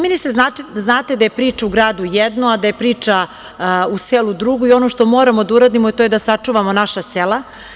Ministre, znate da je priča u gradu jedno, a da je priča u selu drugo i ono što moramo da uradimo to je da sačuvamo naša sela.